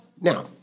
now